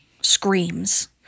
screams